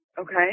Okay